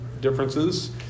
differences